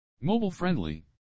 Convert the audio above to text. Mobile-Friendly